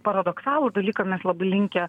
paradoksalų dalyką mes labai linkę